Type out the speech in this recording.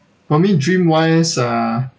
for me dream wise uh